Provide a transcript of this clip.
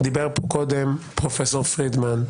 דיבר פה קודם פרופ' פרידמן,